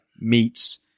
meets